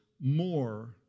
more